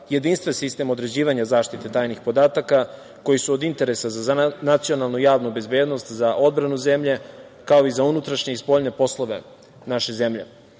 jedinstven sistem određivanja zaštite tajnih podataka koji su od interesa za nacionalnu i javnu bezbednost, za odbranu zemlje, kao i za unutrašnje i spoljne poslove naše zemlje. Ovim